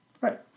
Right